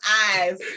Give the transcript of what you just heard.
eyes